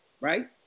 Right